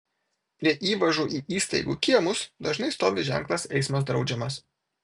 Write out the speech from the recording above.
prie įvažų į įstaigų kiemus dažnai stovi ženklas eismas draudžiamas